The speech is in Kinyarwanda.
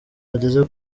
bageze